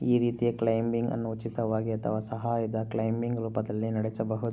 ಈ ರೀತಿಯ ಕ್ಲೈಂಬಿಂಗ್ ಅನ್ನು ಉಚಿತವಾಗಿ ಅಥವಾ ಸಹಾಯದ ಕ್ಲೈಂಬಿಂಗ್ ರೂಪದಲ್ಲಿ ನಡೆಸಬಹುದ